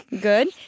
Good